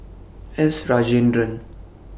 S Rajendran